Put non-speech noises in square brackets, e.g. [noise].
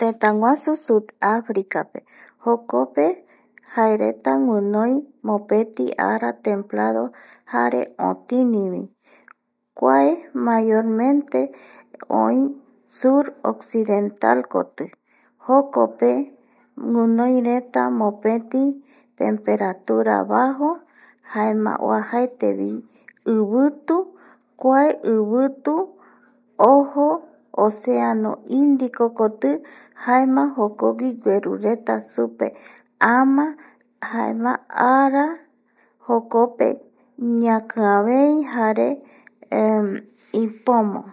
Tëtäguasu sud africape jokpe jaereta guinoi mopeti ara templado jare otinivi kuae mayormente oi sur occidentalkoti jokope guinoireta mopeti temperatura bajo jaema oajaetevi ivitu kuae ivitu ojo oceano indicokoti jaema jokotigui guerureta supe ama jaema ara jokope ñakiavei jare [hesitation] ipomo